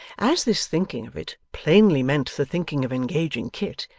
as this thinking of it, plainly meant the thinking of engaging kit,